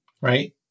right